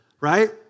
right